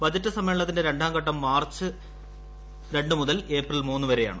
budget സമ്മേളനത്തിന്റെ രണ്ടാം ഘട്ടം മാർച്ച് രണ്ടു മുതൽ ഏപ്രിൽ മൂന്ന് വരെയാണ്